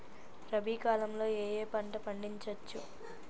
రబీ కాలంలో ఏ ఏ పంట పండించచ్చు?